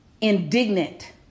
indignant